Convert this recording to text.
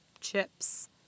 chips